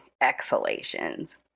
exhalations